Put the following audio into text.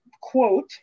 quote